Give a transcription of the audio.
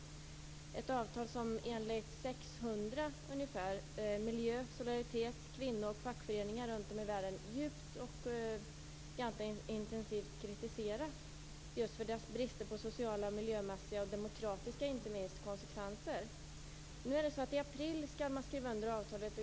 Det är ett avtal som enligt 600 miljö-, solidaritets-, kvinnooch fackföreningar runt om i världen djupt och intensivt kritiserats för dess brister på sociala, miljömässiga och inte minst demokratiska konsekvenser. I april skall avtalet skrivas under.